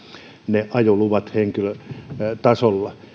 ne ajoluvat henkilötasolla